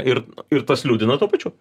ir ir tas liūdina tuo pačiu